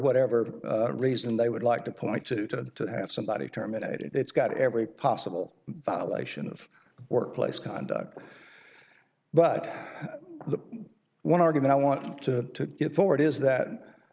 whatever reason they would like to point to to have somebody terminated it's got every possible violation of workplace conduct but the one argument i want to get forward is that